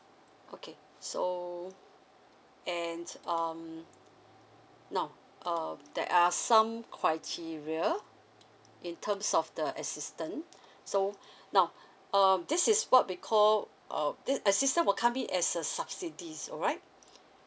okay so and um now uh there are some criteria in terms of the assistance so now um this is what we call uh this assistance will come in as a subsidies alright